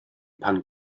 pan